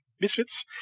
Misfits